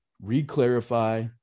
re-clarify